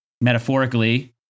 metaphorically